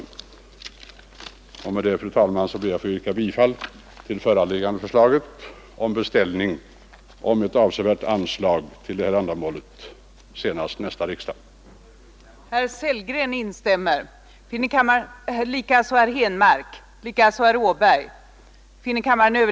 Med detta, fru talman, ber jag att få yrka bifall till föreliggande utskottsförslag om beställning av ett avsevärt anslag för detta ändamål senast nästa års riksdag. riksdagen beslutade att anslaget för handikapporganisationernas allmänna verksamhet skulle utgå med 2 700 000 kronor samt att hos Kungl. Maj:t anhålla om att detta anslag från budgetåret 1973/74 ytterligare renodlades genom att belopp avseende praktiska aktiviteter i handikapprörelsens regi genomgående redovisades i annan ordning,